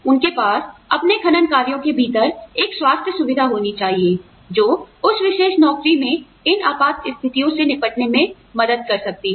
उनके पास अपने खनन कार्यों के भीतर एक स्वास्थ्य सुविधा होनी चाहिए जो उस विशेष नौकरी में इन आपात स्थितियों से निपटने में मदद कर सकती है